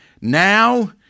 now